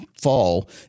fall